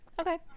Okay